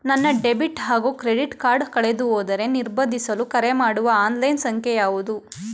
ನನ್ನ ಡೆಬಿಟ್ ಹಾಗೂ credit card ಕಳೆದುಹೋದರೆ ನಿರ್ಬಂಧಿಸಲು ಕರೆಮಾಡುವ ಆನ್ಲೈನ್ ಸಂಖ್ಯೆಯಾವುದು?